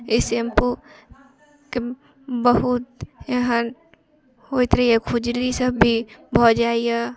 ई shampoo के बहुत हर होइत रहैयै खुजली सभ भी भऽ जाइयै